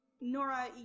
Nora